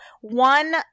one